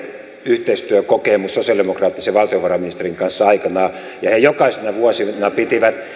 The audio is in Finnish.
yhteistyökokemus sosialidemokraattisen valtiovarainministerin kanssa aikoinaan ja he jokaisena vuotena pitivät